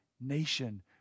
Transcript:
nation